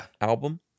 album